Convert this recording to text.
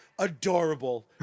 adorable